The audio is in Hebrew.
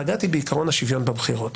פגעתי בעיקרון השוויון בבחירות.